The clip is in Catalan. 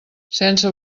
sense